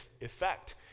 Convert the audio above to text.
effect